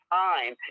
time